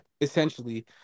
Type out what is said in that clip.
Essentially